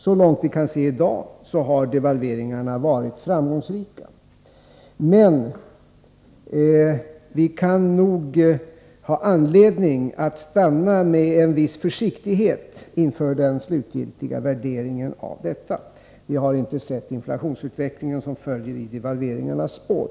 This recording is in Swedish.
Så långt vi kan se i dag har devalveringarna varit framgångsrika. Men vi kan nog ha anledning att vara försiktiga inför den slutgiltiga värderingen. Vi har inte sett inflationsutvecklingen, som följer i devalveringarnas spår.